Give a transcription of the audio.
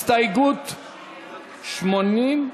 הסתייגות 82,